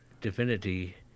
divinity